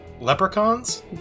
Leprechauns